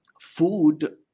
food